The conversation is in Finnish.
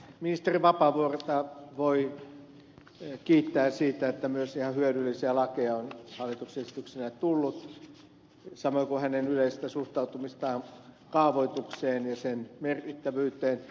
ministeri vapaavuorta voi kiittää siitä että myös ihan hyödyllisiä lakeja on hallituksen esityksinä tullut samoin kuin hänen yleistä suhtautumistaan kaavoitukseen ja sen merkittävyyteen